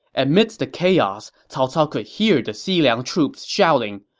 amidst the chaos, cao cao could hear the xiliang troops shouting,